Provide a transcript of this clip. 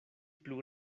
plu